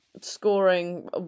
scoring